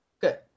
Good